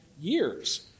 years